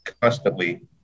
constantly